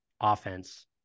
offense